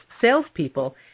salespeople